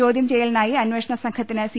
ചോദ്യംചെയ്യലിനായി അന്വേഷണ സംഘ ത്തിന് സി